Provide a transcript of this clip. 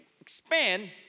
expand